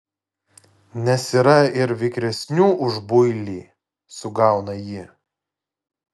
nes yra ir vikresnių už builį sugauna ji